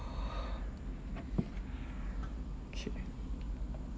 okay